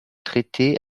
traité